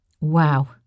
Wow